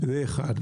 זה דבר אחד.